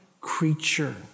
creature